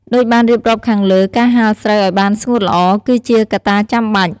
ដូចបានរៀបរាប់ខាងលើ ការហាលស្រូវឲ្យបានស្ងួតល្អ គឺជាកត្តាចាំបាច់។